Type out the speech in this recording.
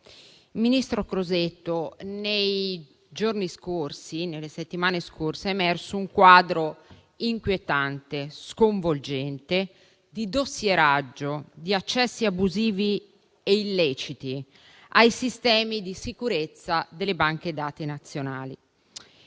Ministro Crosetto, nelle settimane scorse è emerso un quadro inquietante, sconvolgente, di dossieraggio, di accessi abusivi e illeciti ai sistemi di sicurezza delle banche dati nazionali.